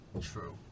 True